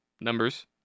numbers